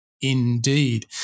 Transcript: Indeed